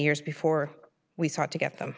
years before we start to get them